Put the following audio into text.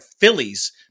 Phillies